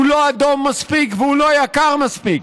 הוא לא אדום מספיק ולא יקר מספיק.